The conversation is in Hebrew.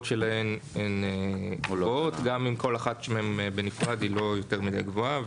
שלהם הן --- גם אם כל אחת מהן בנפרד היא לא יותר מדי גבוהה,